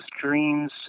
dreams